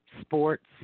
sports